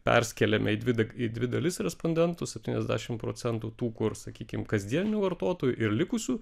perskėlėme į dvi į dvi dalis respondentų septyniasdešimt procentų tų kur sakykim kasdienių vartotojų ir likusių